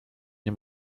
nie